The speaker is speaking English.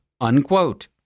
unquote